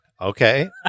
Okay